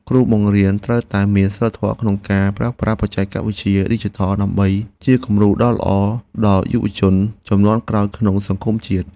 គ្រូបង្រៀនត្រូវតែមានសីលធម៌ក្នុងការប្រើប្រាស់បច្ចេកវិទ្យាឌីជីថលដើម្បីជាគំរូដ៏ល្អដល់យុវជនជំនាន់ក្រោយក្នុងសង្គមជាតិ។